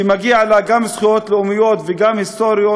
ומגיעות לה גם זכויות לאומיות וגם היסטוריות,